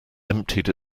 emptied